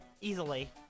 Easily